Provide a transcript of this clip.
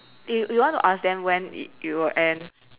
you you want to ask them when it it will end